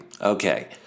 Okay